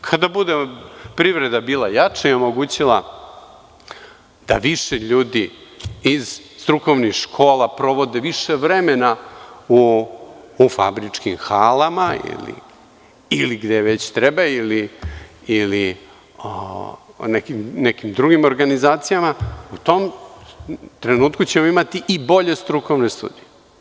Kada bude privreda bila jača i omogućila da više ljudi iz strukovnih škola provode više vremena u fabričkim halama ili gde već treba ili na nekim drugim organizacijama, u tom trenutku ćemo imati i bolje strukovne studije.